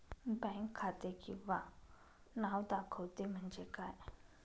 Bank खाते किंवा नाव दाखवते म्हणजे काय?